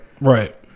Right